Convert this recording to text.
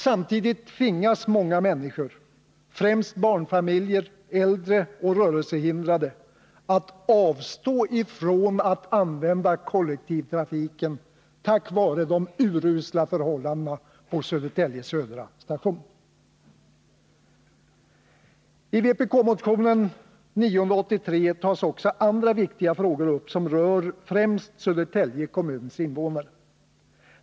Samtidigt tvingas många människor, främst barnfamiljer, äldre och rörelsehindrade, att avstå från att använda kollektivtrafiken — på grund av de urusla förhållandena på Södertälje södra station. I vpk-motionen 983 tas också andra viktiga frågor upp, som berör främst Södertälje kommuns invånare.